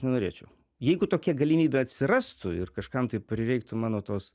nenorėčiau jeigu tokia galimybė atsirastų ir kažkam tai prireiktų mano tos